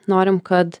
norim kad